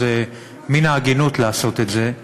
אבל מן ההגינות לעשות את זה.